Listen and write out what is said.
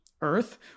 earth